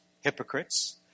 hypocrites